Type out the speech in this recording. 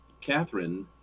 Catherine